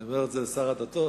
אני אומר את זה לשר הדתות,